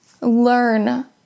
learn